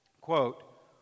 quote